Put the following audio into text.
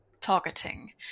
targeting